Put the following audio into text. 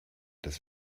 des